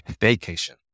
vacation